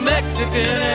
Mexican